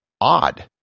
odd